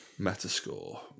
Metascore